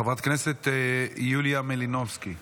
חברת הכנסת יוליה מלינובסקי,